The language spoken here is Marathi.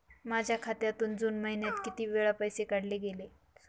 माझ्या खात्यातून जून महिन्यात किती वेळा पैसे काढले गेले?